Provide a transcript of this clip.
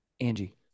Angie